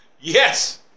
Yes